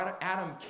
Adam